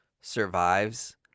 survives